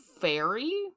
fairy